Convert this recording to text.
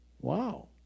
Wow